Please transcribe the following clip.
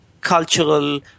cultural